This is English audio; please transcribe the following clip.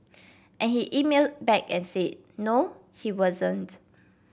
and he emailed back and said no he wasn't